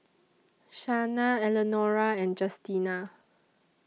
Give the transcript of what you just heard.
Shana Eleanora and Justina